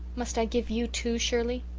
must i give you too, shirley?